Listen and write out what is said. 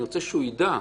אני רוצה שהוא יידע,